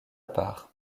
part